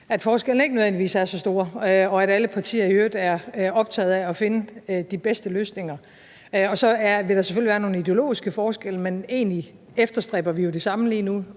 at forskellene ikke nødvendigvis er så store, og at alle partier i øvrigt er optagede af at finde de bedste løsninger. Så vil der selvfølgelig være nogle ideologiske forskelle, men egentlig efterstræber vi jo det samme lige nu: